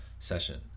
session